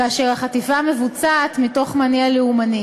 כאשר חטיפה מבוצעת מתוך מניע לאומני,